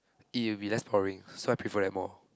it will be less boring so I prefer that more